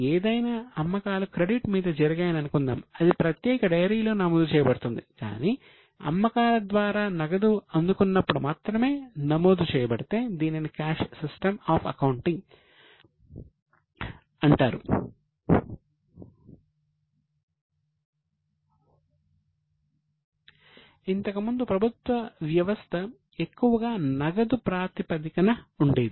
ఏదైనా అమ్మకాలు క్రెడిట్ అంటారు ఇంతకుముందు ప్రభుత్వ వ్యవస్థ ఎక్కువగా నగదు ప్రాతిపదికన ఉండేది